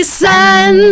sun